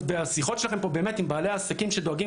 בשיחות שלכם פה עם בעלי העסקים שדואגים